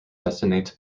detonate